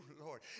Lord